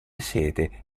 sete